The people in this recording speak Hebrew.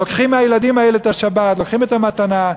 לוקחים מהילדים האלה את השבת, לוקחים את המתנה.